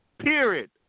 period